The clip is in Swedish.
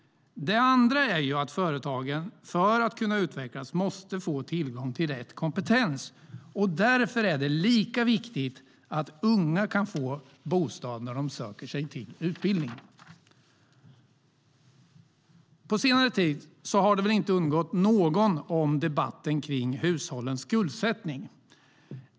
För att företagen ska kunna utvecklas måste de få tillgång till rätt kompetens, och därför är det lika viktigt att unga kan få bostad när de söker sig till en utbildning. På senare tid har väl debatten kring hushållens skuldsättning inte undgått någon.